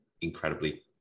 incredibly